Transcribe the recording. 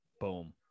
Boom